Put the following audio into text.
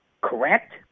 correct